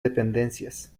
dependencias